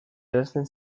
eransten